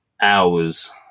hours